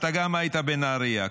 אתה גם היית בנהריה,